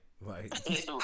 Right